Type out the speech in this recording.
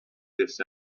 this